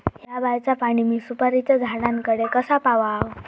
हया बायचा पाणी मी सुपारीच्या झाडान कडे कसा पावाव?